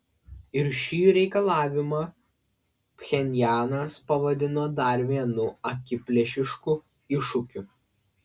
ir šį reikalavimą pchenjanas pavadino dar vienu akiplėšišku iššūkiu